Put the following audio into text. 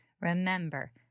remember